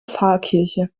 pfarrkirche